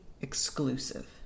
exclusive